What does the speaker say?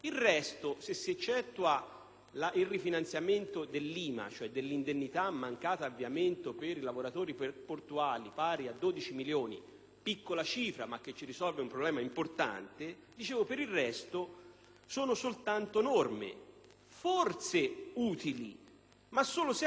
il rifinanziamento dell'IMA, cioè dell'indennità mancato avviamento per i lavoratori portuali, pari a 12 milioni (è una piccola cifra, che però risolve un problema importante), sono soltanto norme, forse utili, ma solo se a queste seguiranno le risorse.